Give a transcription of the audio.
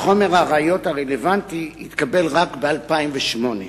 חומר הראיות הרלוונטי התקבל רק ב-2008.